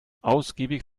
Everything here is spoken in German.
ausgiebig